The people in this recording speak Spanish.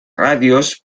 radios